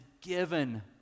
given